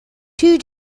two